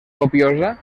copiosa